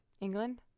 england